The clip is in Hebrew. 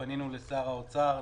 כשפנינו לשר האוצר,